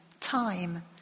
Time